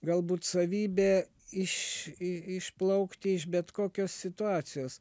galbūt savybė iš išplaukt iš bet kokios situacijos